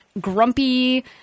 Grumpy